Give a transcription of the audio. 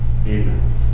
Amen